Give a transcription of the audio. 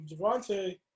Javante